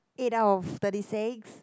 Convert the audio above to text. eight out of thirty six